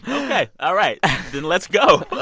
ok. all right. then let's go.